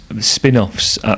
spin-offs